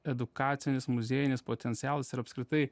edukacinis muziejinis potencialas ir apskritai